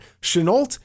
Chenault